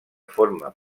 forma